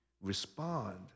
respond